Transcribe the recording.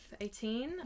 18